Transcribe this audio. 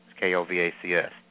K-O-V-A-C-S